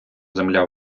земля